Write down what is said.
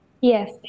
Yes